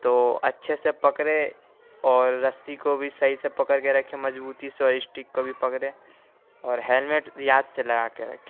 تو اچھے سے پکڑے اور رسی کو بھی صحیح سے پکڑ کے رکھے مضبوطی سے اور اسٹک کو بھی پکڑے اور ہیلمیٹ یاد سے لگا کے رکھے